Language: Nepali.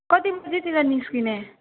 कति बजीतिर निस्किने